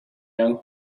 young